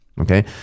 okay